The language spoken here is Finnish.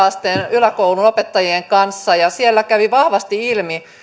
yläkoulun opettajien kanssa ja siellä kävi vahvasti ilmi